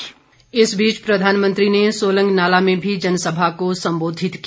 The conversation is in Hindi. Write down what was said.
पीएम सोलंग इस बीच प्रधानमंत्री ने सोलंग नाला में भी जनसभा को संबोधित किया